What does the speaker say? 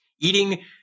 Eating